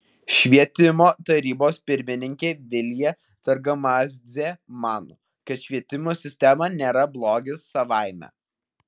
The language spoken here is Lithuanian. švietimo tarybos pirmininkė vilija targamadzė mano kad švietimo sistema nėra blogis savaime